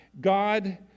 God